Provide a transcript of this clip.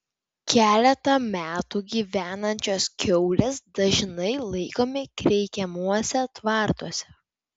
keletą metų gyvenančios kiaulės dažnai laikomi kreikiamuose tvartuose